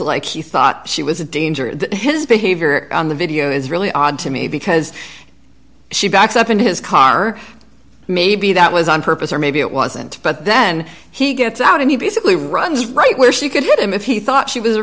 like he thought she was a danger that his behavior on the video is really odd to me because she backs up in his car maybe that was on purpose or maybe it wasn't but then he gets out and he basically runs right where she could hit him if he thought she was a